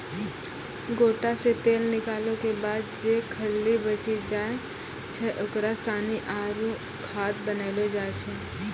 गोटा से तेल निकालो के बाद जे खल्ली बची जाय छै ओकरा सानी आरु खाद बनैलो जाय छै